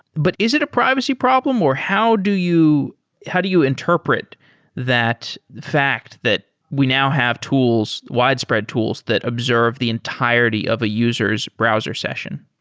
but is it a privacy problem, or how do you how do you interpret that fact that we now have tools, widespread tools, that observe the entirety of user's browser session?